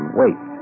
wait